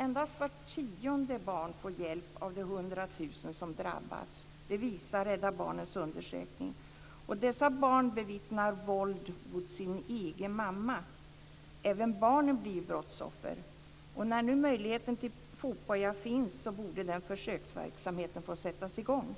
Endast vart tionde barn av de hundra tusen som drabbas får hjälp - det visar Rädda Barnens undersökning. Dessa barn bevittnar våld mot sin egen mamma. Även barnen blir ju brottsoffer! När nu möjligheten till fotboja finns borde den försöksverksamheten få sättas i gång.